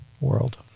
world